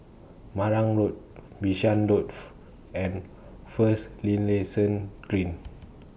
Marang Road Bishan and First Linlayson Green